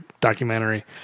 documentary